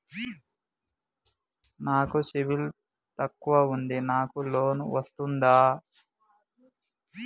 నాకు సిబిల్ తక్కువ ఉంది నాకు లోన్ వస్తుందా?